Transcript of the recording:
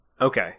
Okay